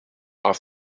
are